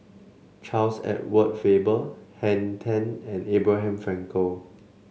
Charles Edward Faber Henn Tan and Abraham Frankel